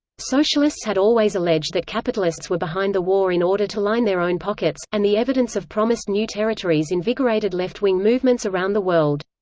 socialists had always alleged that capitalists were behind the war in order to line their own pockets, and the evidence of promised new territories invigorated left-wing movements around the world.